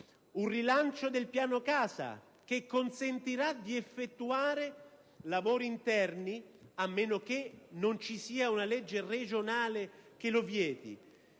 un rilancio del piano casa, che consentirà di effettuare lavori interni, a meno che non ci sia una legge regionale che lo vieti.